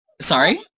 sorry